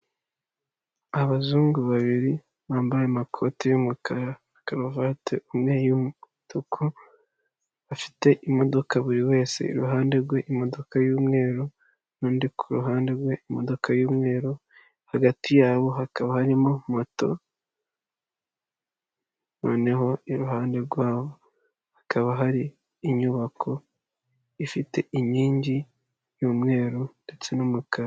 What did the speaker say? Abazungu babiri bambaye amakote y'umukara na karuvate imwe y'umutuku, bafite imodoka buri wese iruhande rwe imodoka y'umweru n'undi ku ruhande rwe imodoka y'umweru, hagati yabo hakaba harimo moto noneho iruhande rwabo hakaba hari inyubako ifite inkingi y'umweru n'umukara.